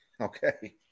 Okay